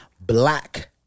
black